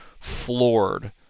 floored